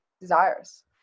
desires